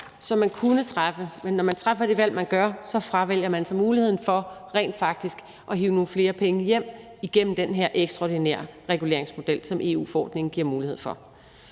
som man kunne træffe, men når man træffer det valg, man gør, så fravælger man muligheden for rent faktisk at hive nogle flere penge hjem igennem den her ekstraordinære reguleringsmodel, som EU-forordningen giver mulighed for.